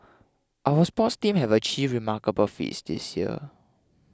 our sports teams have achieved remarkable feats this year